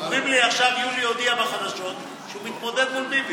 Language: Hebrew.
אומרים לי עכשיו שיולי הודיע בחדשות שהוא מתמודד מול ביבי.